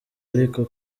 ariko